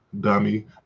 dummy